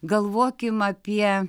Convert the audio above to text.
galvokim apie